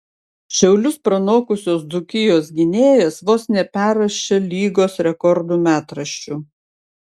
šiaulius pranokusios dzūkijos gynėjas vos neperrašė lygos rekordų metraščių